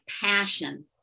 passion